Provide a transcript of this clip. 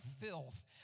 filth